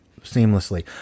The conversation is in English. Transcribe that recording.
Seamlessly